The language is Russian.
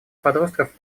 подростков